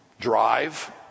drive